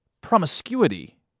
promiscuity